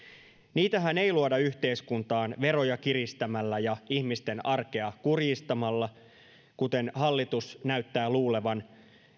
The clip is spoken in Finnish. niitähän ei luoda yhteiskuntaan veroja kiristämällä ja ihmisten arkea kurjistamalla kuten hallitus näyttää luulevan